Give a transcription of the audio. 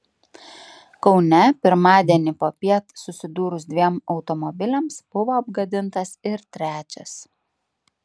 kaune pirmadienį popiet susidūrus dviem automobiliams buvo apgadintas ir trečias